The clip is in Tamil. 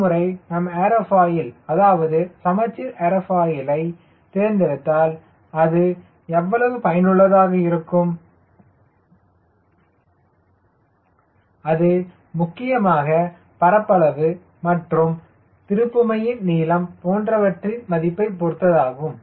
ஒருமுறை நாம் ஏரோஃபாயில் அதாவது சமச்சீர் ஏரோஃபாயிலை தேர்ந்தெடுத்தால் அது எவ்வளவு பயனுள்ளதாக இருக்கும் அது முக்கியமாக பரப்பளவு மற்றும் திருப்புமையின் நீளம் போன்றவற்றின் மதிப்பை பொருத்ததாகும்